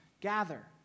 gather